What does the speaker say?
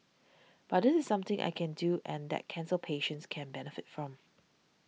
but this is something I can do and that cancer patients can benefit from